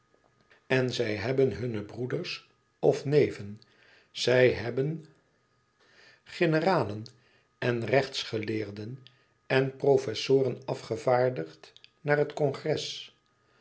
en zij hebben hunne broeders of neven zij hebben generalen en rechtsgeleerden en professoren afgevaardigd naar het congres